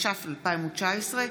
התש"ף 2019,